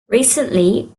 recently